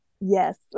Yes